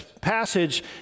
passage